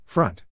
Front